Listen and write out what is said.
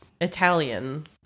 Italian